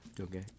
Okay